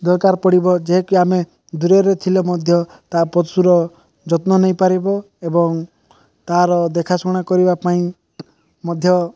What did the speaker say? ଦରକାର ପଡ଼ିବ ଯେକି ଆମେ ଦୂରରେ ଥିଲେ ମଧ୍ୟ ପଶୁର ଯତ୍ନ ନେଇପାରିବ ଏବଂ ତାର ଦେଖାଶୁଣା କରିବା ପାଇଁ ମଧ୍ୟ